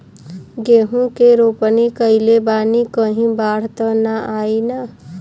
गेहूं के रोपनी कईले बानी कहीं बाढ़ त ना आई ना?